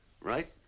right